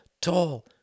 tall